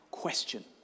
question